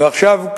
ועכשיו,